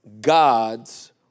God's